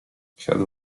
siadł